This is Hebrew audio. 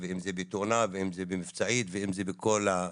אם זה בתאונה ואם זה במצבעים ואם זה בכל ה-.